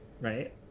right